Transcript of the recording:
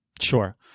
Sure